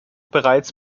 bereits